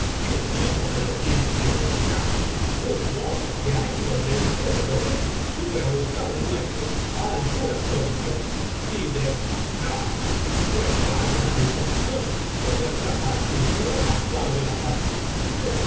y un chico que no tiene mieclo nada un mozo que ahí donde ustedes lo ven sube á buscar nueces alturas prodigiosas y desmayarse pues vaya unas disposiciones que demuestra para cultivar más tarde la farmacia